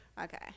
Okay